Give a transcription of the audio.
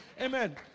Amen